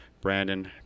Brandon